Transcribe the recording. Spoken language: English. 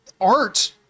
art